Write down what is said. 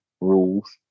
rules